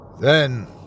Then